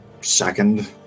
second